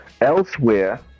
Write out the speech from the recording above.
elsewhere